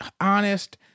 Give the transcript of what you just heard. honest